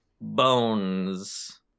bones